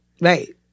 Right